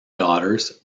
daughters